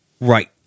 right